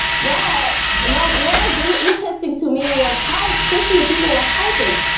but what was really interesting to me was how quickly people were typing.